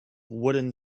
wooden